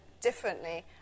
differently